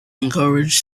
encouraged